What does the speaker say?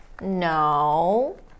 No